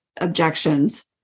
objections